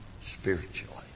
spiritually